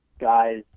guys